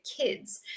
kids